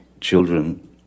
children